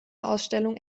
ausstellung